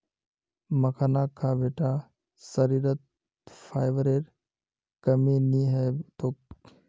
मखाना खा बेटा शरीरत फाइबरेर कमी नी ह तोक